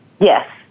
Yes